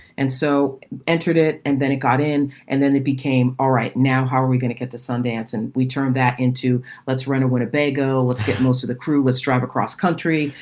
and so entered it. and then it got in and then it became all right. now, how are we going to get to sundance? and we turned that into let's run a winnebago. let's get most of the crew. let's drive across country.